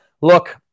Look